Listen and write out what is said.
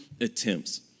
attempts